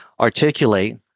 Articulate